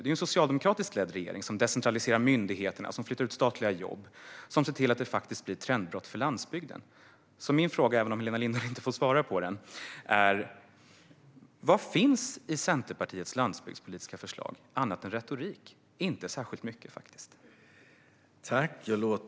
Det är en socialdemokratiskt ledd regering som decentraliserar myndigheterna, flyttar ut statliga jobb och ser till att det nu faktiskt blir ett trendbrott för landsbygden. Min fråga, även om Helena Lindahl inte får svara på den, är: Vad finns i Centerpartiets landsbygdspolitiska förslag annat än retorik? Inte särskilt mycket, faktiskt.